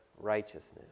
righteousness